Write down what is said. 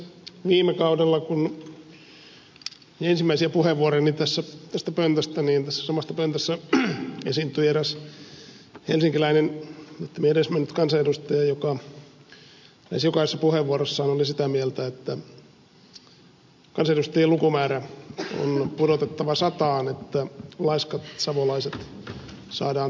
viime kaudella kun ensimmäisiä puheenvuoroja pidin tästä pöntöstä tässä samassa pöntössä esiintyi eräs helsinkiläinen nyt jo edesmennyt kansanedustaja joka lähes jokaisessa puheenvuorossaan oli sitä mieltä että kansanedustajien lukumäärä on pudotettava sataan että laiskat savolaiset saadaan täältä pois